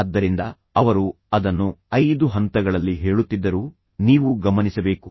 ಆದ್ದರಿಂದ ಅವರು ಅದನ್ನು 5 ಹಂತಗಳಲ್ಲಿ ಹೇಳುತ್ತಿದ್ದರೂ ನೀವು ಗಮನಿಸಬೇಕು